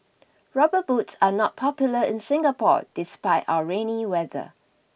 rubber boots are not popular in Singapore despite our rainy weather